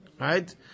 right